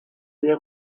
les